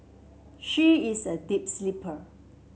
she is a deep sleeper